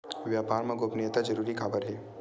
व्यापार मा गोपनीयता जरूरी काबर हे?